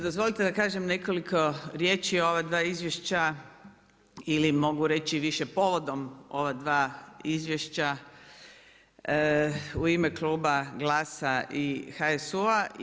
Dozvolite da kažem nekoliko riječi o ova dva izvješća ili mogu reći više povodom ova dva izvješća u ime kluba GLAS-a i HSU-a.